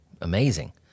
Amazing